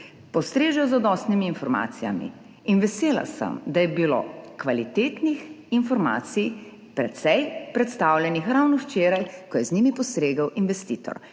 postrežejo z zadostnimi informacijami, in vesela sem, da je bilo kvalitetnih informacij precej predstavljenih ravno včeraj, ko je z njimi postregel investitor.